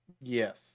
yes